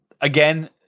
again